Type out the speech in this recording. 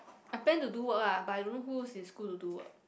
I plan to do work ah but I don't know who is in school to do work